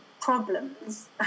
problems